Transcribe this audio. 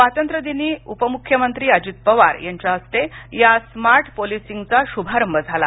स्वातंत्र्यदिनी उपमुख्यमंत्री अजित पवार यांच्या हस्ते या स्मार्ट पोलीसींगचा शुभारंभ झाला